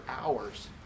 hours